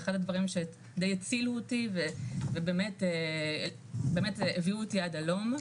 זה אחד הדברים שדי הצילו אותי ובאמת הביאו אותי עד הלום.